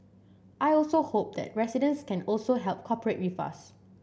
I also hope that residents can also help with us